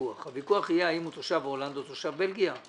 הוויכוח יהיה האם הוא תושב הולנד או תושב בלגיה.